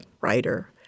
writer